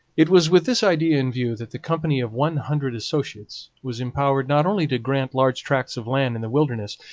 it was with this idea in view that the company of one hundred associates was empowered not only to grant large tracts of land in the wilderness,